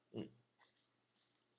mm